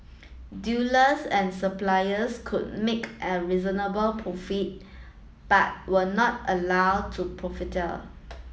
dealers and suppliers could make a reasonable profit but were not allowed to profiteer